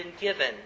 given